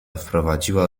wprowadziła